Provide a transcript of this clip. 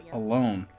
alone